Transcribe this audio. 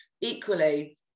equally